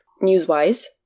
news-wise